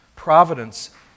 Providence